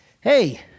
Hey